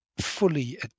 fully